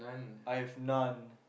I've none